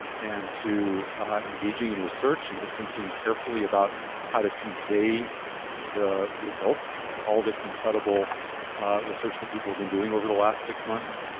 and to engaging in research and to thinking carefully about how to convey the results of all this incredible research that people have been doing over the last six months.